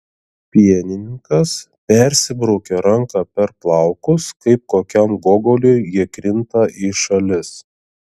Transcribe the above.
pienininkas persibraukia ranka per plaukus kaip kokiam gogoliui jie krinta į šalis